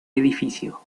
edificio